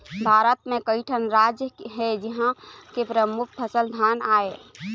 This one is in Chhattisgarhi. भारत म कइठन राज हे जिंहा के परमुख फसल धान आय